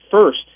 first